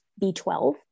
b12